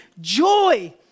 joy